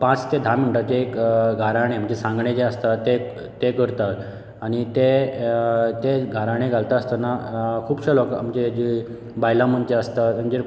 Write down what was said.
पांच ते धा मिनटांचे एक गाराणे म्हणजे सांगणे जें आसता तें करता आनी तें तें गाराणे घालता आसतना खुबश्या लोकांक म्हणजें जे बायला मनशां आसता तांचेर